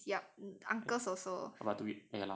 aunties yup uncles also